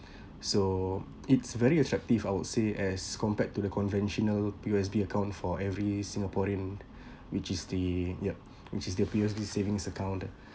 so it's very attractive I would say as compared to the conventional P_O_S_B account for every singaporean which is the yup which is the P_O_S_B savings account